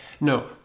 no